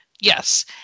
yes